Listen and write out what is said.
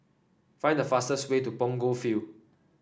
find the fastest way to Punggol Field